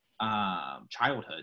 childhood